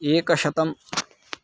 एकशतम्